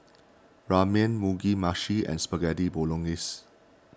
Ramen Mugi Meshi and Spaghetti Bolognese